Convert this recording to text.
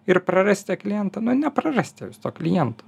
ir prarasite klientą nu neprarasite jūs to kliento